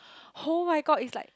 [oh]-my-god it's like